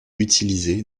utilisé